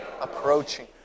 approaching